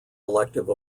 elective